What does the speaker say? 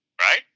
right